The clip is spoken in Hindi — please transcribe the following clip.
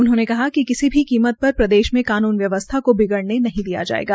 उन्होंने कहा कि किसी भी कीमत पर प्रदेश में कानून व्यवस्था को बिगड़ने नहीं दिया जायेगा